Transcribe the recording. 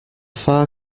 far